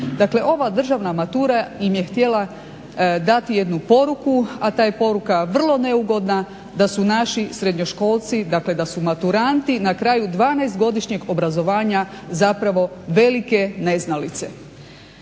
Dakle, ova državna matura im je htjela dati jednu poruku, a ta je poruka vrlo neugodna, da su naši srednjoškolci, dakle da su maturanti na kraju 12 godišnjeg obrazovanja zapravo velike neznalice.